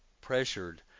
pressured